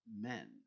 men